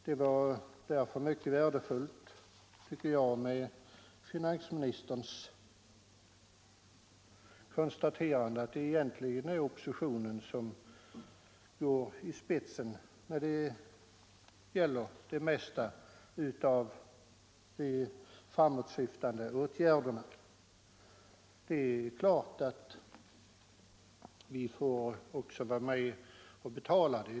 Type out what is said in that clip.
Det var därför mycket värdefullt, tycker jag, med finansministerns konstaterande att det egentligen är oppositionen som går i spetsen när det gäller det mesta av de framåtsyftande åtgärderna. Det är klart att vi också får vara med och betala.